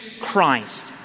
Christ